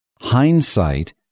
Hindsight